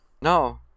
No